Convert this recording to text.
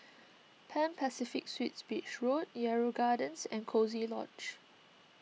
Pan Pacific Suites Beach Road Yarrow Gardens and Coziee Lodge